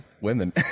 women